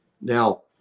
Now